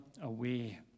away